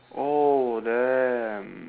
oh damn